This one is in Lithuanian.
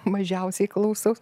mažiausiai klausaus